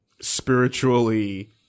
spiritually